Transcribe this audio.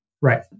Right